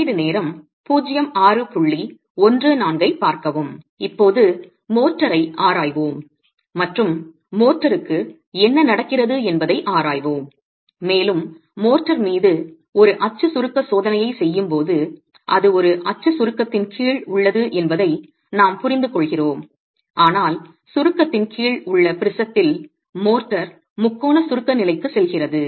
இப்போது மோர்டார் ஐ ஆராய்வோம் மற்றும் மோர்டாருக்கு என்ன நடக்கிறது என்பதை ஆராய்வோம் மேலும் மோர்டார் மீது ஒரு அச்சு சுருக்க சோதனையைச் செய்யும்போது அது ஒரு அச்சு சுருக்கத்தின் கீழ் உள்ளது என்பதை நாம் புரிந்துகொள்கிறோம் ஆனால் சுருக்கத்தின் கீழ் உள்ள ப்ரிஸத்தில் மோட்டார் முக்கோண சுருக்க நிலைக்கு செல்கிறது